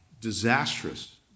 disastrous